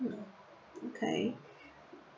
okay